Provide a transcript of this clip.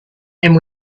and